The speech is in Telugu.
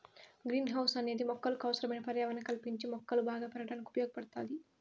గ్రీన్ హౌస్ అనేది మొక్కలకు అవసరమైన పర్యావరణాన్ని కల్పించి మొక్కలు బాగా పెరగడానికి ఉపయోగ పడుతాది